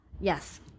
Yes